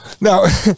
now